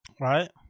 right